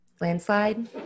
landslide